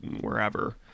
wherever